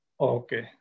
Okay